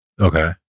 Okay